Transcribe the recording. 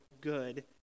good